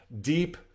deep